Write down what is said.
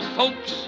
folks